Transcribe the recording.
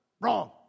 Wrong